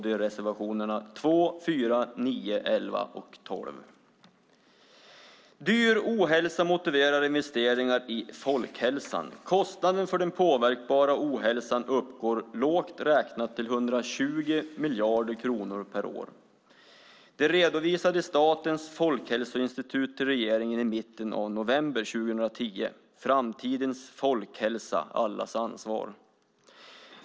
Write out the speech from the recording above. Det är punkterna 2, 4, 9, 11 och 12. Dyr ohälsa motiverar investeringar i folkhälsan. Kostnaden för den påverkbara ohälsan uppgår, lågt räknat, till 120 miljarder kronor per år. Detta redovisade Statens folkhälsoinstitut till regeringen i mitten av november 2010 i Framtidens folkhälsa - allas ansvar.